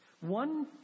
One